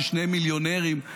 ששניהם מיליונרים.